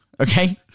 Okay